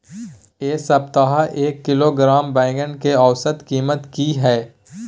ऐ सप्ताह एक किलोग्राम बैंगन के औसत कीमत कि हय?